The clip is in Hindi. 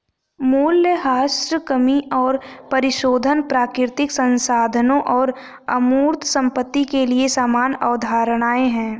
मूल्यह्रास कमी और परिशोधन प्राकृतिक संसाधनों और अमूर्त संपत्ति के लिए समान अवधारणाएं हैं